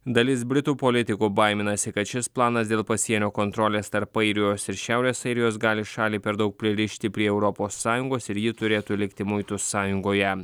dalis britų politikų baiminasi kad šis planas dėl pasienio kontrolės tarp airijos ir šiaurės airijos gali šalį per daug pririšti prie europos sąjungos ir ji turėtų likti muitų sąjungoje